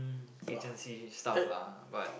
agency stuff lah but